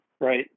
right